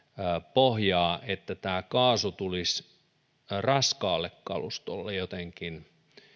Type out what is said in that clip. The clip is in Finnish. pohjaa että tämä kaasu tulisi raskaalle kalustolle jotenkin